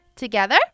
Together